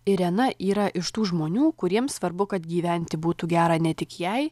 irena yra iš tų žmonių kuriems svarbu kad gyventi būtų gera ne tik jai